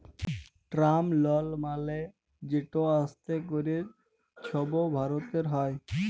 term লল মালে যেট আস্তে ক্যরে ছব ভরতে হ্যয়